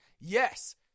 Yes